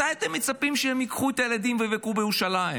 מתי אתם מצפים שהם ייקחו את הילדים ויבקרו בירושלים?